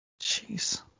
Jeez